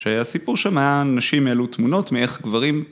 ‫שהסיפור שם היה: אנשים העלו ‫תמונות מאיך גברים...